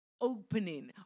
opening